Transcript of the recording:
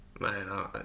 man